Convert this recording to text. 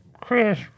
Chris